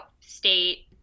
state